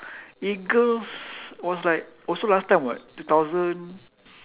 eagles was like also last time [what] two thousand